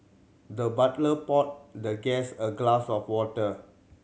the butler poured the guest a glass of water